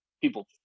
people